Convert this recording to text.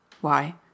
Why